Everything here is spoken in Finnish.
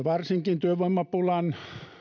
varsinkin työvoimapulan